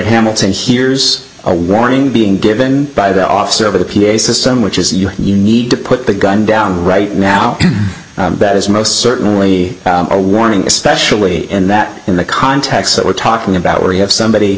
hamilton here's a warning being given by the officer over the p a system which is you you need to put the gun down right now that is most certainly a warning especially in that in the context that we're talking about where you have somebody